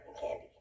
Candy